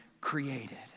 created